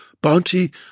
Bounty